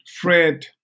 Fred